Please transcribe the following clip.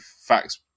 facts